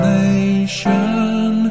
nation